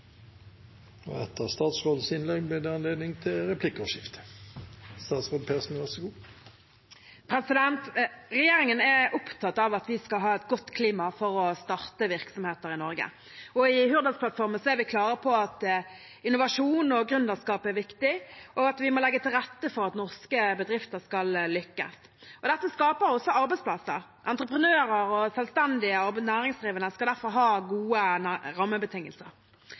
Regjeringen er opptatt av at vi skal ha et godt klima for å starte virksomheter i Norge. I Hurdalsplattformen er vi klare på at innovasjon og gründerskap er viktig, og at vi må legge til rette for at norske bedrifter skal lykkes. Dette skaper også arbeidsplasser. Entreprenører og selvstendig næringsdrivende skal derfor ha gode rammebetingelser.